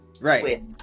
Right